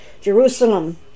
Jerusalem